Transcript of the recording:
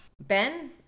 Ben